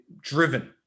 driven